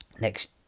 next